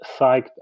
Psyched